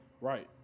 Right